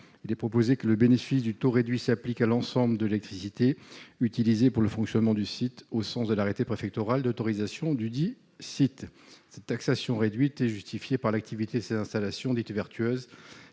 Il est proposé que le bénéfice du taux réduit s'applique à l'ensemble de l'électricité utilisée pour le fonctionnement du site, au sens de l'arrêté préfectoral d'autorisation dudit site. Cette taxation réduite est justifiée par l'activité de ces installations dites « vertueuses